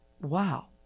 Wow